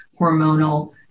hormonal